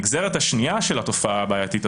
הדבר הזה